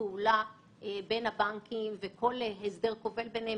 הבנקים אחראי על